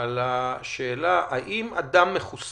על השאלה, האם אדם מחוסן